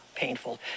painful